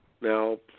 Now